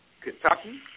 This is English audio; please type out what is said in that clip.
Kentucky